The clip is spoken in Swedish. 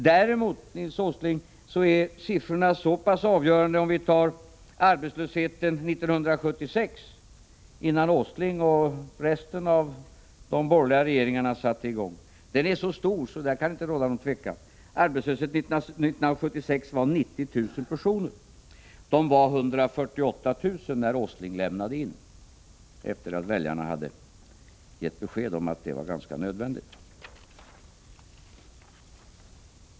Däremot, Nils Åsling, är siffrorna avgörande om man jämför med arbetslösheten 1976, innan Åsling och resten i de borgerliga regeringarna satte i gång. Den är stor, där kan inte råda någon tvekan. Arbetslösheten var 1976 90 000 personer. Den var 148 000 när Åsling lämnade in efter det att väljarna hade gett besked om att det var ganska nödvändigt.